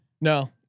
No